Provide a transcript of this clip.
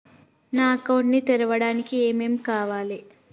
నా అకౌంట్ ని తెరవడానికి ఏం ఏం కావాలే?